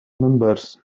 members